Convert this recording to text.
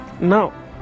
now